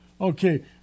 Okay